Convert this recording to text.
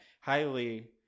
Highly